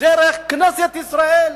דרך כנסת ישראל,